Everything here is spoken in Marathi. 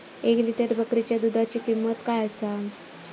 एक लिटर बकरीच्या दुधाची किंमत काय आसा?